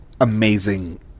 amazing